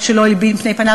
שלא הלבין פנים,